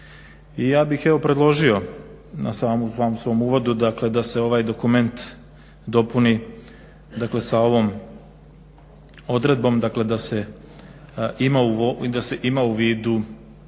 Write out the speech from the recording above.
I ja bih evo predložio na samom svom uvodu dakle da se ovaj dokument dopuni, dakle sa ovom odredbom, dakle da se ima u vidu